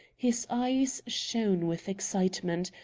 his eyes shone with excitement.